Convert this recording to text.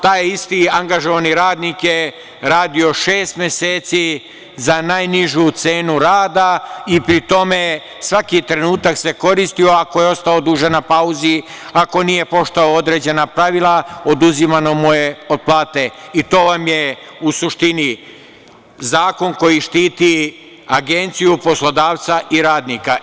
Taj isti angažovani radnik je radio šest meseci za najnižu cenu rada i pri tome svaki trenutak se koristio, ako je ostao duže na pauzi, ako nije poštovao određena pravila oduzimano mu je od plate i to vam je u suštini zakon koji štiti Agenciju, poslodavca i radnika.